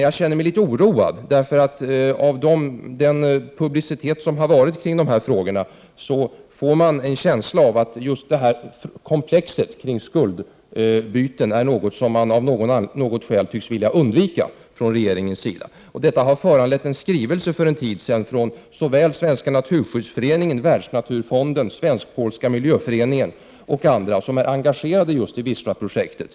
Jag känner mig oroad. Av den publicitet som varit kring dessa frågor får jag nämligen en känsla av att just detta komplex kring skuldbyten är något som regeringen av något skäl tycks vilja undvika. Detta föranledde för en tid sedan en skrivelse från Svenska naturskyddsföreningen, Världsnaturfonden, Svensk-polska miljöföreningen och andra som är engagerade i just Wislaprojektet.